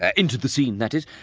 ah into the scene, that is,